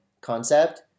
concept